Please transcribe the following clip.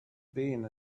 being